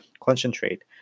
concentrate